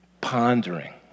Pondering